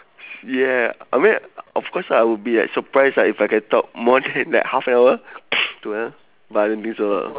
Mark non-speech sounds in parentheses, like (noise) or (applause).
s~ yeah I mean of course I will be like surprise right if I can talk more than like half an hour (noise) ya but I don't think so lah